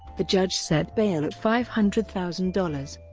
the judge set bail at five hundred thousand dollars.